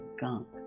gunk